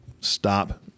stop